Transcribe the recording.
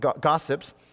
gossips